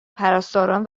پرستاران